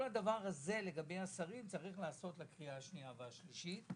אבל כל העניין הזה צריך להיעשות בקריאה השנייה ושלישית,